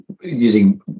using